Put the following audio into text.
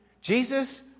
Jesus